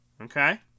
Okay